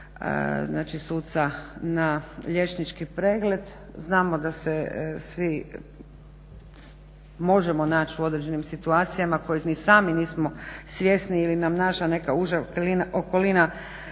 znači suca na liječnički pregled. Znamo da se svi možemo naći u određenim situacijama kojih ni sami nismo svjesni ili nam naša neka uža okolina